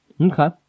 Okay